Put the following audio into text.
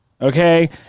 okay